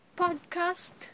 podcast